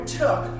took